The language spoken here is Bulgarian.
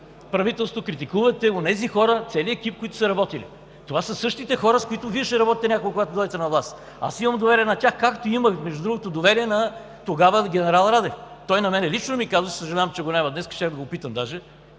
правителство, критикувате онези хора, целия екип, които са работили. Това са същите хора, с които Вие ще работите някога, когато дойдете на власт. Аз имам доверие на тях, както имах, между другото, доверие тогава на генерал Радев. Той на мен лично ми казваше – съжалявам, че днес го няма, щях даже да го питам кой